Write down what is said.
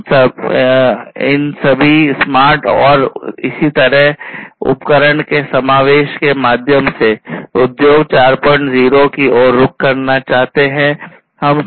हम इन सभी स्मार्ट और इसी तरह उपकरण के समावेश के माध्यम से उद्योग 40 की ओर रुख करना चाहते हैं